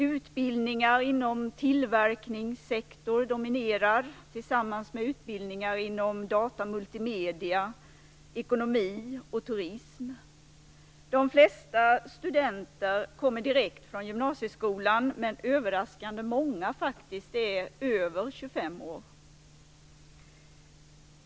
Utbildningar inom tillverkningssektorn dominerar tillsammans med utbildningar inom data, multimedia, ekonomi och turism. De flesta studenter kommer direkt från gymnasieskolan, men överraskande många är över 25 år.